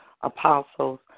apostles